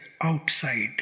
outside